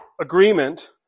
agreement